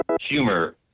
Humor